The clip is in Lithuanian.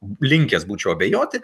linkęs būčiau abejoti